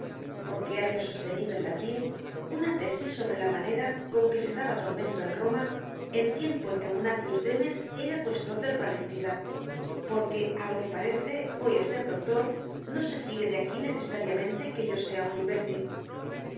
porque haya sostenido en latin una tésis sobre la manera con que se daba tormento en roma en tiempo en que munatius demens era cuestor del parricida porque á lo que parece voy á ser doctor no se sigue de aquí necesariamente que yo sea un imbécil os